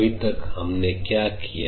अभी तक हमने क्या किया